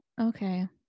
Okay